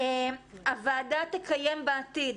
הוועדה תקיים בעתיד,